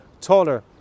taller